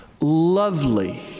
lovely